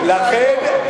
לכן,